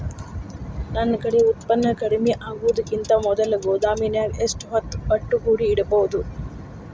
ನನ್ ಕಡೆ ಉತ್ಪನ್ನ ಕಡಿಮಿ ಆಗುಕಿಂತ ಮೊದಲ ಗೋದಾಮಿನ್ಯಾಗ ಎಷ್ಟ ಹೊತ್ತ ಒಟ್ಟುಗೂಡಿ ಇಡ್ಬೋದು?